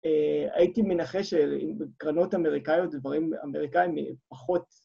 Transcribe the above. הייתי מנחש שקרנות אמריקאיות, דברים אמריקאים, פחות...